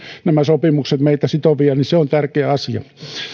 nämä sopimukset meitä sitovia se on tärkeä asia